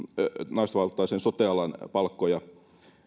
naisvaltaisen sote alan palkkoja